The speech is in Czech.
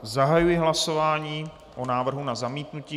Zahajuji hlasování o návrhu na zamítnutí.